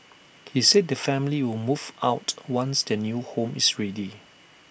he said the family will move out once their new home is ready